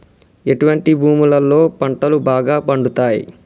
ఎటువంటి భూములలో పంటలు బాగా పండుతయ్?